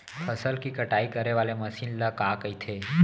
फसल की कटाई करे वाले मशीन ल का कइथे?